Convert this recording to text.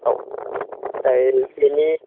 औ ओमफ्राय बिनि